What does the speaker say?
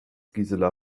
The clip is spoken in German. gisela